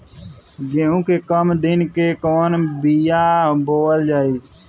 गेहूं के कम दिन के कवन बीआ बोअल जाई?